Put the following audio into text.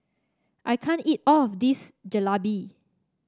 I can't eat all of this Jalebi